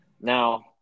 Now